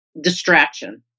distraction